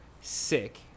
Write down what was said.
sick